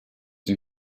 den